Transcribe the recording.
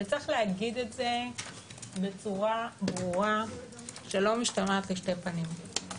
וצריך להגיד את זה בצורה ברורה שלא משתמשת לשני פנים.